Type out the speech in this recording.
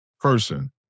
person